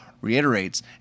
reiterates